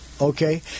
Okay